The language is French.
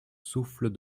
souffles